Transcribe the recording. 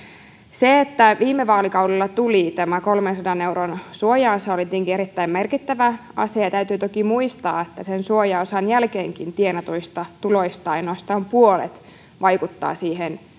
se että viime vaalikaudella tuli kolmensadan euron suojaosa oli tietenkin erittäin merkittävä asia ja täytyy toki muistaa että sen suojaosan jälkeenkin tienatuista tuloista ainoastaan puolet vaikuttaa siihen